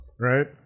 Right